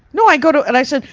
no, i go to, and i said,